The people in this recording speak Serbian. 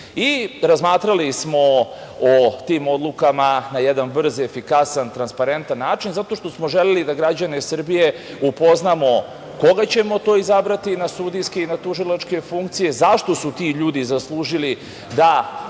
Razmatrali smo o tim odlukama na jedan brz i efikasan, transparentan način, zato što smo želeli da građane Srbije upoznamo koga ćemo to izabrati na sudijske i na tužilačke funkcije, zašto su ti ljudi zaslužili da